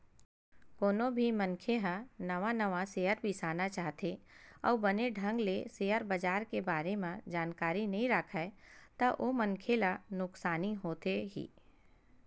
कोनो भी मनखे ह नवा नवा सेयर बिसाना चाहथे अउ बने ढंग ले सेयर बजार के बारे म जानकारी नइ राखय ता ओ मनखे ला नुकसानी होथे ही